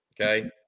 okay